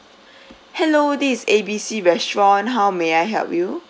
hello this is A B C restaurant how may I help you